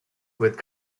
with